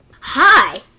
Hi